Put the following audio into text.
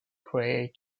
create